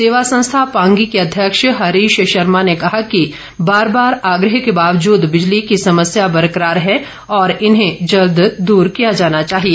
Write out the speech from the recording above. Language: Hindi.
सेवा संस्था पांगी के अध्यक्ष हरीश शर्मा ने कहा कि बार बार आग्रह के बावजूद बिजली की समस्या बरकरार है और इसे जल्द दूर किया जाना चाहिए